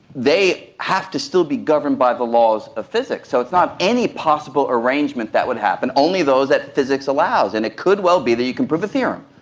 they have to still be governed by the laws of physics. so it's not any possible arrangement that would happen, only those that physics allows. and it could well be that you can prove a theorem,